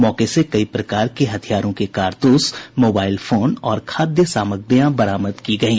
मौके से कई प्रकार के हथियारों के कारतूस मोबाइल फोन और खाद्य सामग्रियां बरामद की गयी